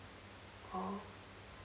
oh